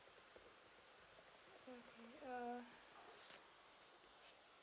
uh